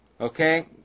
Okay